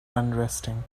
unresting